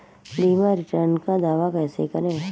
बीमा रिटर्न का दावा कैसे करें?